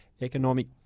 economic